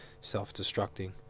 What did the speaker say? self-destructing